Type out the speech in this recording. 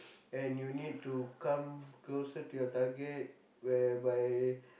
and you need to come closer to your target whereby